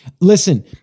Listen